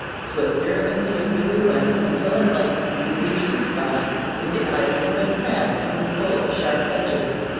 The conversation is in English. swifter and swifter we went, until at length we reached a spot where the ice had been cracked and was full of sharp edges.